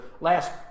last